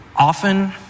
Often